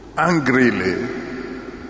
angrily